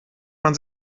man